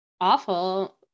awful